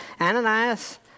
Ananias